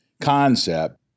concept